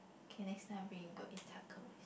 K next time I bring you go eat tako